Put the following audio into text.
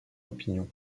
opinion